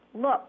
Look